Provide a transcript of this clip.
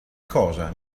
cosa